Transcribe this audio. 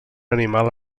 animal